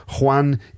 Juan